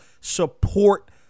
Support